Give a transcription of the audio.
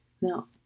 Now